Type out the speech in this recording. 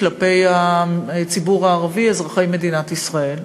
כלפי הציבור הערבי אזרחי מדינת ישראל.